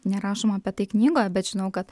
nerašoma apie tai knygoj bet žinau kad